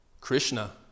Krishna